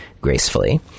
gracefully